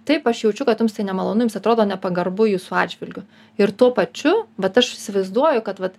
taip aš jaučiu kad jums tai nemalonu jums atrodo nepagarbu jūsų atžvilgiu ir tuo pačiu bet aš įsivaizduoju kad vat